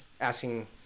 asking